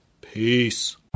Peace